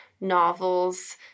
novels